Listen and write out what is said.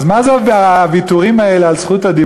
אז מה זה הוויתורים האלה על רשות הדיבור?